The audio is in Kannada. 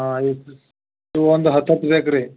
ಹಾಂ ಇದು ಒಂದು ಹತ್ತು ಹತ್ತು ಬೇಕು ರೀ